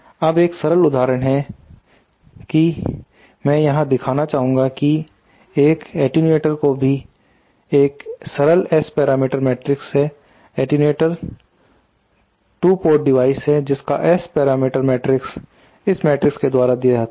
अब एक सरल उदाहरण है कि नया दिखाना चाहूंगा कि एक अट्ठेनुआटोर के भी एक सरल S पैरामीटर मैट्रिक्स है अट्ठेनुआटोर 2 और डिवाइस है जिसका S पैरामीटर मैट्रिक्स इस मैट्रिक्स के द्वारा दिया गया है